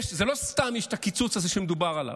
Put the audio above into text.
לא סתם יש את הקיצוץ הזה שמדובר עליו.